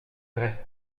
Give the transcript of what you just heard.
vrai